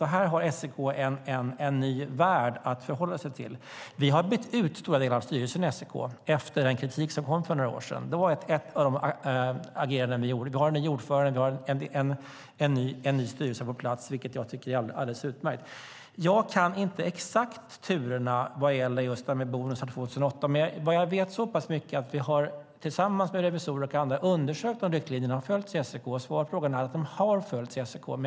Här har SEK en ny värld att förhålla sig till. Vi har bytt ut stora delar av styrelsen i SEK efter den kritik som kom för några år sedan. Det var ett agerande från vår sida. Vi har en ny ordförande och en ny styrelse på plats, vilket jag tycker är alldeles utmärkt. Jag kan inte exakt turerna vad gäller bonusar år 2008. Men jag vet så pass mycket att vi tillsammans med revisorerna har undersökt om riktlinjerna har följts av SEK. Svaret på frågan är att de har följts av SEK.